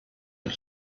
and